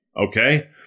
Okay